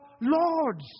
lords